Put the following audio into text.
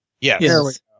Yes